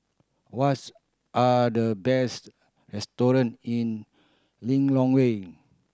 what's are the best restaurant in Lilongwe